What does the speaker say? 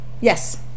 Yes